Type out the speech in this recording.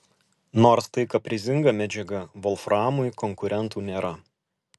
nors tai kaprizinga medžiaga volframui konkurentų nėra